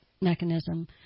mechanism